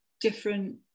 different